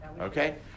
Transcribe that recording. okay